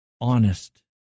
honest